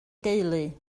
deulu